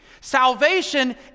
Salvation